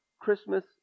Christmas